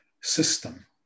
system